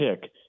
pick